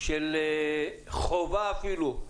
של חובה אפילו,